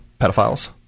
pedophiles